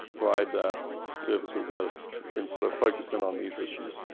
provide the services that can sort of focus in on these issues.